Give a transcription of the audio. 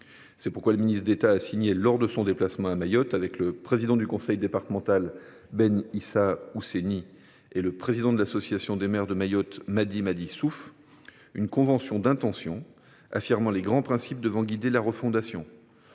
C’est pourquoi le ministre d’État a signé, lors de son dernier déplacement à Mayotte, avec le président du conseil départemental, Ben Issa Ousseni, et le président de l’association des maires de Mayotte, Madi Souf, une convention d’intention affirmant les grands principes devant guider la refondation